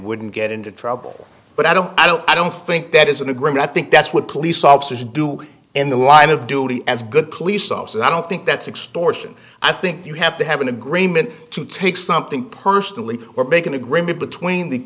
wouldn't get into trouble but i don't i don't i don't think that is on the ground i think that's what police officers do in the line of duty as good police officers i don't think that's extortion i think you have to have an agreement to take something personally or make an agreement between the